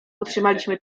otrzymaliśmy